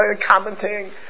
commenting